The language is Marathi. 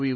व्ही